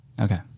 Okay